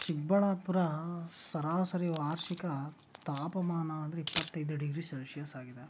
ಚಿಕ್ಕಬಳ್ಳಾಪುರ ಸರಾಸರಿ ವಾರ್ಷಿಕ ತಾಪಮಾನ ಅಂದರೆ ಇಪ್ಪತ್ತೈದು ಡಿಗ್ರಿ ಸೆಲ್ಶಿಯಸ್ ಆಗಿದೆ